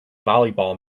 volleyball